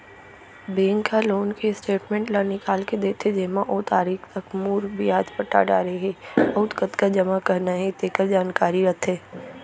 bank ह loan के statement ल निकाल के देथे जेमा ओ तारीख तक मूर, बियाज पटा डारे हे अउ कतका जमा करना हे तेकर जानकारी रथे